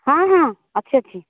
ହଁ ହଁ ଅଛି ଅଛି